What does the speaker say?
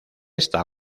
esta